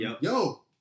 yo